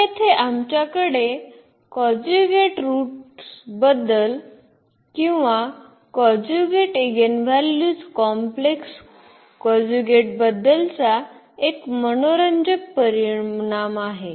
तर येथे आमच्याकडे कॉंज्युगेट रूट्सबद्दल किंवा कॉन्जुगेट एगेनव्हॅल्यूज कॉम्प्लेक्स कॉन्जुगेटबद्दलचा एक मनोरंजक परिणाम आहे